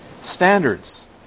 standards